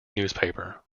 newspaper